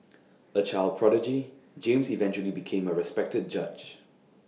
A child prodigy James eventually became A respected judge